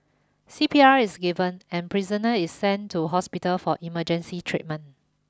C P R is given and prisoner is sent to hospital for emergency treatment